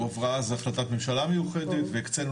הועברה אז החלטת ממשלה מיוחדת והקצינו